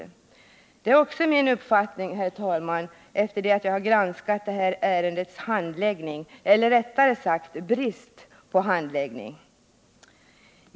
Det är, herr talman, också min uppfattning efter det att jag har granskat detta ärendes handläggning — eller rättare sagt brist på handläggning.